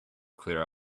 clear